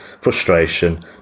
frustration